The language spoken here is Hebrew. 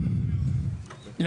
שמונה.